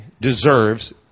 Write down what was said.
deserves